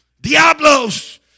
Diablos